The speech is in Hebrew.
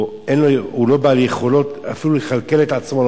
או שהוא לא בעל יכולות אפילו לכלכל את עצמו,